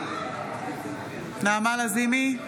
אינה נוכחת אביגדור